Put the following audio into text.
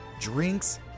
drinks